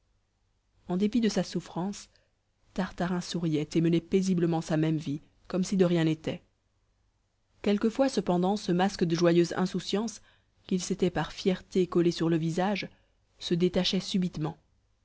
en dépit de sa souffrance tartarin souriait et menait paisiblement sa même vie comme si de rien n'était quelquefois cependant ce masque de joyeuse insouciance qu'il s'était par fierté collé sur le visage se détachait subitement